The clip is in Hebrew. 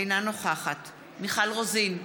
אינה נוכחת מיכל רוזין,